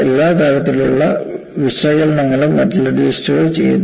എല്ലാ തരത്തിലുള്ള വിശകലനങ്ങളും മെറ്റലർജിസ്റ്റുകൾ ചെയ്യുന്നു